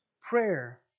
prayer